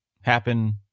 happen